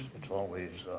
it's always